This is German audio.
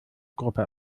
gruppe